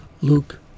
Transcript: Luke